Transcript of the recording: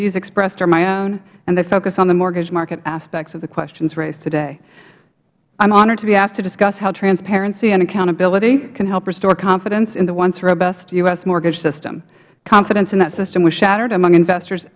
views expressed are my own and that focus on the mortgage market aspects of the questions raised today i am honored to be asked to discuss how transparency and accountability can help restore confidence in the once robust u s mortgage system confidence in that system was shattered among investors